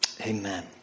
amen